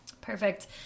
Perfect